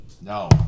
No